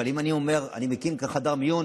אבל אם אני אומר: אני מקים חדר מיון,